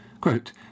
quote